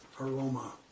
aroma